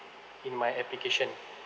in my application